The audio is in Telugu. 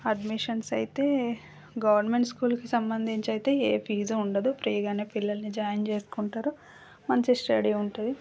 అడ్మిషన్స్ అయితే గవర్నమెంట్ స్కూల్కి సంబంధించి అయితే ఏ ఫీజు ఉండదు ఫ్రీగా పిల్లల్ని జాయిన్ చేసుకుంటారు మంచి స్టడీ ఉంటుంది